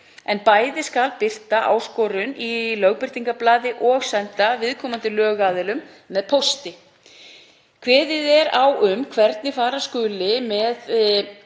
en bæði skal birta áskorun í Lögbirtingablaði og senda viðkomandi lögaðilum með pósti. Kveðið er á um hvernig fara skuli með